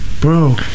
bro